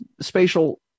spatial